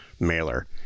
mailer